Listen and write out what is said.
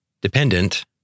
Dependent